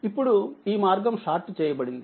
ఇప్పుడు ఈ మార్గం షార్ట్ చేయబడింది